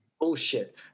bullshit